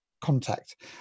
contact